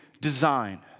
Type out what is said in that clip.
design